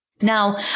Now